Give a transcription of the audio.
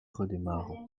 redémarre